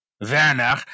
Werner